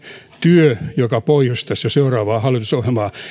työ joka pohjustaisi jo seuraavaa hallitusohjelmaa